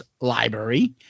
library